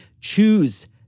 Choose